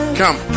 come